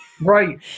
Right